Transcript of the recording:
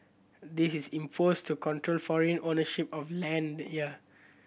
this is imposed to control foreign ownership of land here